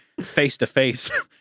face-to-face